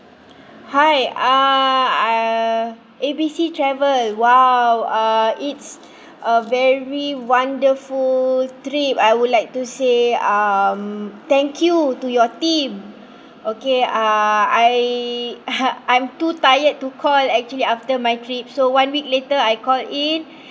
hi ah uh A B C travel !wow! uh it's a very wonderful trip I would like to say um thank you to your team okay uh I I'm too tired to call actually after my trip so one week later I called in